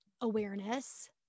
awareness